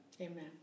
Amen